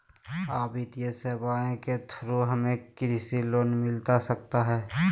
आ वित्तीय सेवाएं के थ्रू हमें कृषि लोन मिलता सकता है?